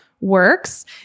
works